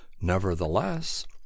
nevertheless